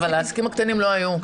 אבל העסקים הקטנים לא היו.